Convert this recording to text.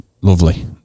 lovely